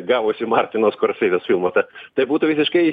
gavusį martinas korfelis filmą bet tai būtų visiškai